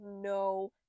no